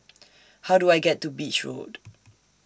How Do I get to Beach Road